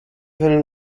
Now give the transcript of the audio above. einen